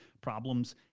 problems